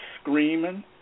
screaming